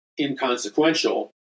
inconsequential